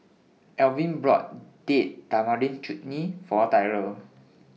Elvin bought Date Tamarind Chutney For Tyrel